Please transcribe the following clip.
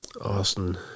Austin